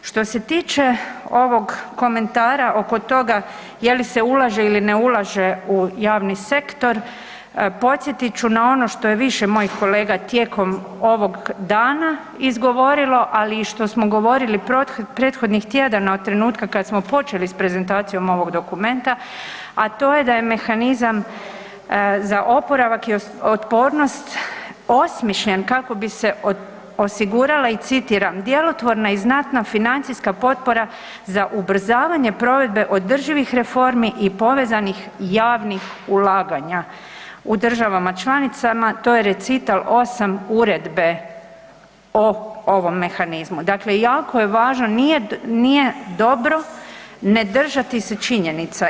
Što se tiče ovog komentara oko toga je li se ulaže ili ne ulaže u javni sektor, podsjetit ću na ono što je više mojih kolega tijekom ovog dana izgovorilo, ali i što smo govorili prethodnih tjedana od trenutka kad smo počeli s prezentacijom ovog dokumenta, a to je da je mehanizam za oporavak i otpornost osmišljen kako bi se osigurale i, citiram, djelotvorna i znatna financijska potpora za ubrzavanje provedbe održivih reformi i povezanih javnih ulaganja u državama članicama, to je recital 8 Uredbe o ovom mehanizmu i dakle jako je važno, nije dobro ne držati se činjenica.